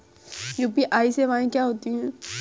UPI सवायें क्या हैं?